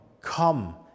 come